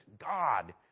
God